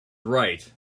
right